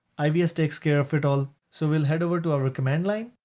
ivs takes care of it all. so we'll head over to our ah command line